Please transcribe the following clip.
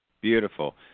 Beautiful